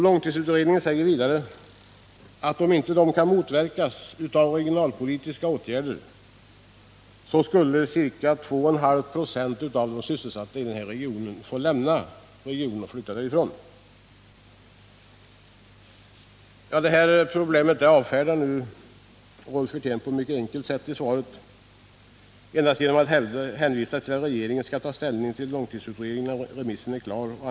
Långtidsutredningen säger vidare att om detta inte kan motverkas med regionalpolitiska åtgärder, måste 2,5 ?6 av de sysselsatta lämna regionen, flytta därifrån. Detta problem avfärdar Rolf Wirtén på ett mycket enkelt sätt i svaret genom att endast hänvisa till att regeringen skall ta ställning till långtidsutredningen när remissomgången är klar.